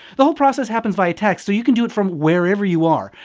the whole process happens via text so you can do it from wherever you are.